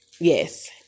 Yes